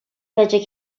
пӗчӗк